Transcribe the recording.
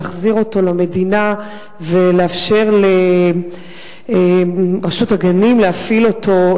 להחזיר אותו למדינה ולאפשר לרשות הגנים להפעיל אותו.